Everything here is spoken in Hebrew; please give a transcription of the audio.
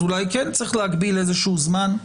אולי כן צריך להגביל איזשהו זמן,